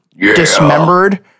dismembered